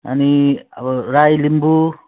अनि अब राई लिम्बू